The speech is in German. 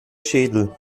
schädel